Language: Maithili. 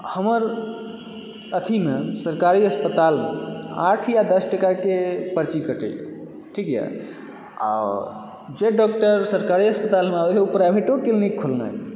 हमर अथीमे सरकारी अस्पतालमे आठ या दश टकाके पर्ची कटैए ठीकए आ जे डॉक्टर सरकारी अस्पतालमे ओहे प्राइवेटो क्लिनिक खोलनेए